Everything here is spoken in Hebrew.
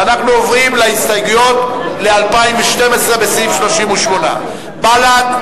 ואנחנו עוברים להסתייגויות של 2012 לסעיף 38. בל"ד,